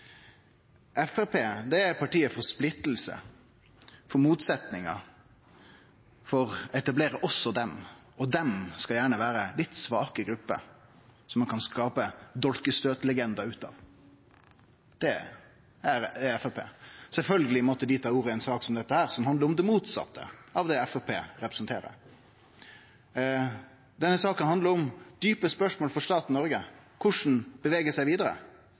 Sametinget. Framstegspartiet er partiet for splitting, for motsetningar, for å etablere «oss» og «dei», og «dei» skal gjerne vere litt svake grupper som ein kan skape dolkestøytlegender av. Det er Framstegspartiet. Sjølvsagt måtte dei ta ordet i ei sak som dette, som handlar om det motsette av det Framstegspartiet representerer. Denne saka handlar om djupe spørsmål for staten Noreg – korleis bevege seg vidare,